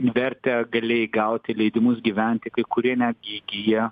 vertę gali įgauti leidimus gyventi kai kurie netgi įgyja